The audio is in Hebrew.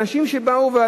ואנשים שבאו,